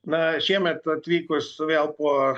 na šiemet atvykus vėl po